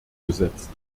gesetzt